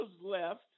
left